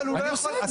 אבל הוא לא יכול.